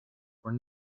were